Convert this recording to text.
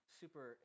super